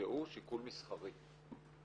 שהוא שיקול מסחרי.